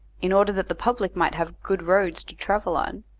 in order that the public might have good roads to travel on,